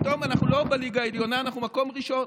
פתאום אנחנו לא בליגה העליונה, אנחנו מקום ראשון.